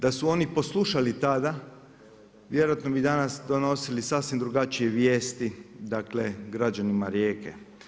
Da su oni poslušali tada vjerojatno bi danas donosili sasvim drugačije vijesti, dakle građanima Rijeke.